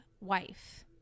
wife